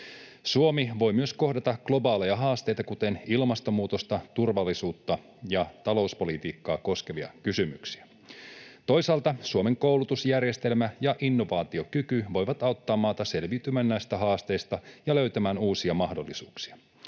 Suomi voi myös kohdata globaaleja haasteita, kuten ilmastonmuutosta, turvallisuutta ja talouspolitiikkaa koskevia kysymyksiä. Toisaalta Suomen koulutusjärjestelmä ja innovaatiokyky voivat auttaa maata selviytymään näistä haasteista ja löytämään uusia mahdollisuuksia.